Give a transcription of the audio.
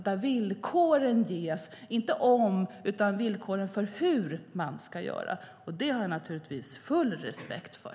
Det handlar inte om villkoren om , utan om villkoren för hur man ska göra. Det har jag naturligtvis full respekt för.